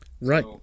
right